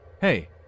Hey